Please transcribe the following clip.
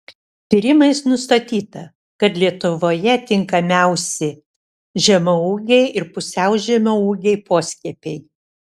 tyrimais nustatyta kad lietuvoje tinkamiausi žemaūgiai ir pusiau žemaūgiai poskiepiai